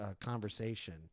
conversation